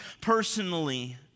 personally